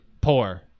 poor